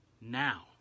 now